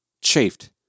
chafed